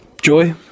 Joy